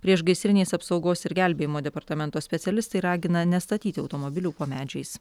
priešgaisrinės apsaugos ir gelbėjimo departamento specialistai ragina nestatyti automobilių po medžiais